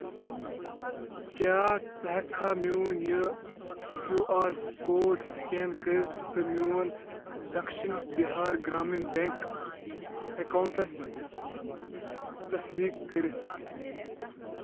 کیٛاہ ژٕ ہٮ۪ککھ میون یہِ کیوٗ آر کوڈ سکین کٔرِتھ تہٕ میون دکشِن بِہار گرٛامیٖن بیٚنٛک اکاونٹَٕس تصدیق کٔرِتھ